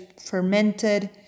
fermented